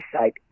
sight